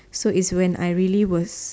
so is when I really was